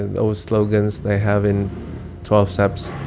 and those slogans they have in twelve steps.